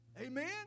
Amen